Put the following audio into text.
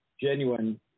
genuine